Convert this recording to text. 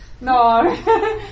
No